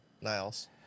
Niles